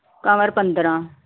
ਕਮਰ ਪੰਦਰ੍ਹਾਂ